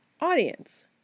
audience